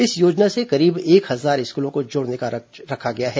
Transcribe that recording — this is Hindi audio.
इस योजना से करीब एक हजार स्कूलों को जोड़ने का लक्ष्य रखा गया है